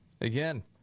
Again